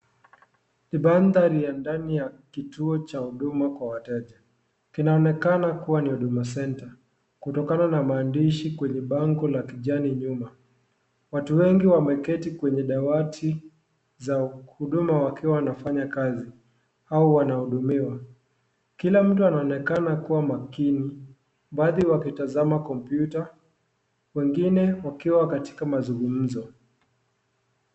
Ni manthari ya ndani ya kituo cha huduma kwa wateja, kinaonekana kuwa ni huduma senta kutokana na maandishi kwenye bango la kijani nyuma, watu wengi wameketi kwenye dawati za huduma wakiwa wanafanya kazi hao wanahudumiwa , kila mtu anaonekana kuwa makini , baadhi wakitazama kompyta wengine wakiwa katika mazungumzo.